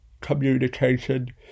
communication